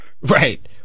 Right